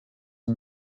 and